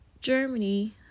Germany